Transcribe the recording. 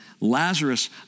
Lazarus